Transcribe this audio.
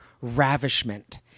ravishment